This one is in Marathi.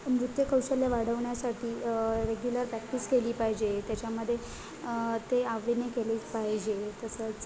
नृत्यकौशल्य वाढवण्यासाठी रेग्युलर प्रॅक्टिस केली पाहिजे त्याच्यामध्ये ते आवडीने केले पाहिजे तसंच